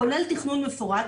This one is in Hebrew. כולל תכנון מפורט,